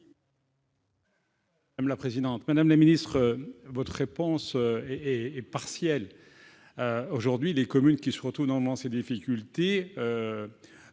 M. la présidente, madame la ministre, votre réponse et et partiel : aujourd'hui les communes qui se retrouvent dans ses difficultés